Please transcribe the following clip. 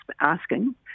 asking